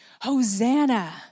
Hosanna